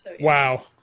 wow